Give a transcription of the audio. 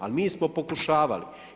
Ali mi smo pokušavali.